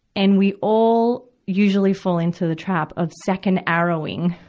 and we all usually fall into the trap of second arrowing,